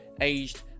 aged